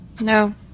No